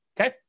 Okay